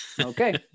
Okay